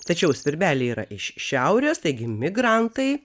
tačiau svirbeliai yra iš šiaurės taigi migrantai